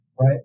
right